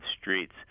streets